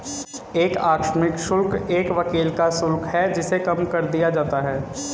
एक आकस्मिक शुल्क एक वकील का शुल्क है जिसे कम कर दिया जाता है